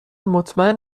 مطمئن